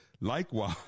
Likewise